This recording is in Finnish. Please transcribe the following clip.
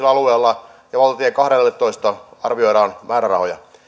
alueella ja valtatie kahdelletoista arvioidaan